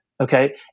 okay